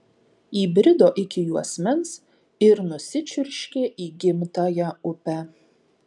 įbrido iki juosmens ir nusičiurškė į gimtąją upę